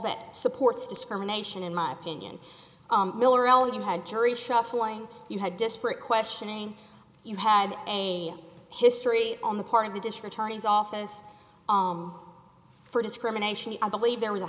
that supports discrimination in my opinion miller oh you had jury shuffling you had disparate questioning you had a history on the part of the dish for attorney's office for discrimination i believe there was a